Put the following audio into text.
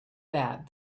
that